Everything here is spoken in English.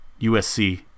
USC